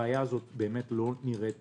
הבעיה הזאת נראית לא אקוטית.